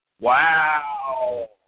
wow